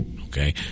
okay